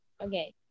Okay